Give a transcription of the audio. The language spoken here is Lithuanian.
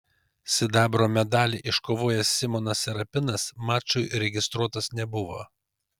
sidabro medalį iškovojęs simonas serapinas mačui registruotas nebuvo